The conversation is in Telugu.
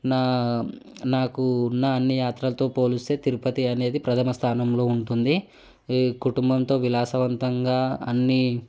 నా నాకు నా అన్ని యాత్రలతో పోలిస్తే తిరుపతి అనేది ప్రథమ స్థానంలో ఉంటుంది ఈ కుటుంబంతో విలాసవంతంగా అన్నీ